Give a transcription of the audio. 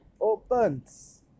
opens